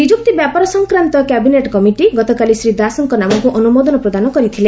ନିଯୁକ୍ତି ବ୍ୟାପାର ସଂକ୍ରାନ୍ତ କ୍ୟାବିନେଟ୍ କମିଟି ଗତକାଲି ଶ୍ରୀ ଦାସଙ ନାମକୁ ଅନୁମୋଦନ ପ୍ରଦାନ କରିଥିଲେ